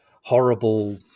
horrible